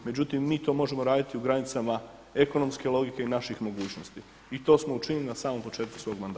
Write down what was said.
Međutim, mi to možemo raditi u granicama ekonomske logike i naših mogućnosti i to smo učinili na samom početku svog mandata.